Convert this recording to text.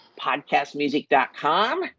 podcastmusic.com